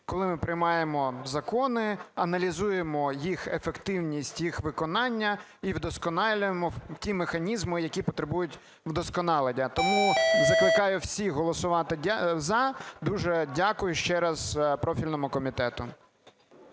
коли ми приймаємо закони, аналізуємо їх ефективність і їх виконання і вдосконалюємо ті механізми, які потребують вдосконалення. Тому закликаю всіх голосувати за. Дуже дякую ще раз профільному комітету.